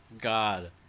God